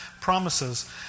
promises